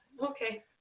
Okay